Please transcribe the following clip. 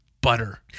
butter